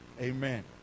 amen